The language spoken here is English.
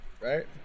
right